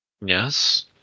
Yes